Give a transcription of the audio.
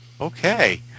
Okay